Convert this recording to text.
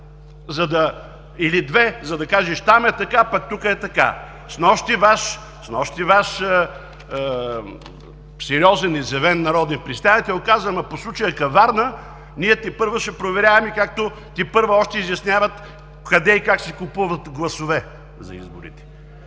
или две, за да кажеш: там е така, пък тук е така. Снощи Ваш сериозен, изявен народен представител каза: по случая Каварна ние тепърва ще проверяваме, както тепърва още изясняват къде и как се купуват гласове за изборите.